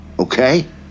okay